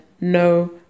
no